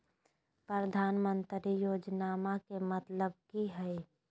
प्रधानमंत्री योजनामा के मतलब कि हय?